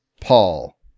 Paul